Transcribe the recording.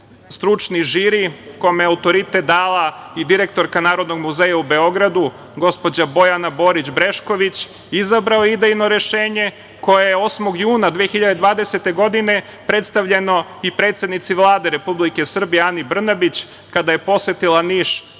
stručni žiri, kome je autoritet dala i direktorka Narodnog muzeja u Beogradu, gospođa Bojana Borić Brešković, izabrao idejno rešenje koje je 8. juna 2020. godine predstavljeno i predsednici Vlade Republike Srbije, Ani Brnabić kada je posetila Niš